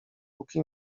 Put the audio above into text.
póki